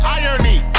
irony